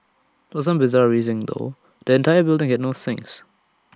for some bizarre reason though the entire building had no sinks